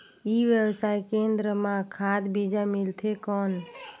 ई व्यवसाय केंद्र मां खाद बीजा मिलथे कौन?